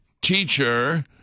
teacher